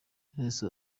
minisitiri